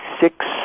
six